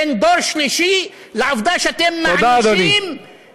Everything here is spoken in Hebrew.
בין דור שלישי לעובדה שאתם מענישים, תודה, אדוני.